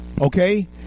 okay